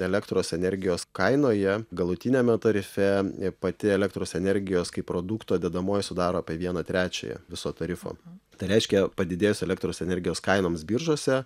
elektros energijos kainoje galutiniame tarife pati elektros energijos kaip produkto dedamoji sudaro apie vieną trečiąją viso tarifo tai reiškia padidėjus elektros energijos kainoms biržose